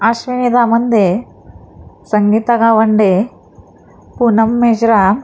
Ashwini Dhamande Sangeeta Gawande Poonam Meshram